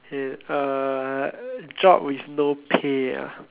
uh job with no pay ah